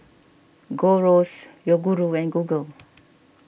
Gold Roast Yoguru and Google